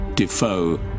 Defoe